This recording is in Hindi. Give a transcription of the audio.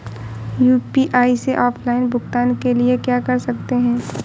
यू.पी.आई से ऑफलाइन भुगतान के लिए क्या कर सकते हैं?